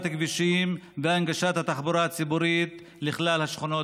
כבישים ולהנגשת התחבורה הציבורית לכלל השכונות